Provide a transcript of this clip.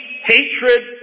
Hatred